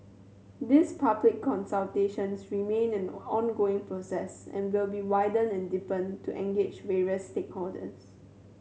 these public consultations remain an ongoing process and will be widened and deepened to engage various stakeholders